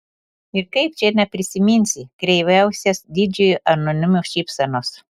ir kaip čia neprisiminsi kreiviausios didžiojo anonimo šypsenos